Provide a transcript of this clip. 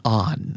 on